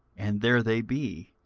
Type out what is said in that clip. and there they be,